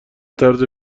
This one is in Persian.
طرز